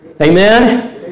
Amen